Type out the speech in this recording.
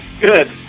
Good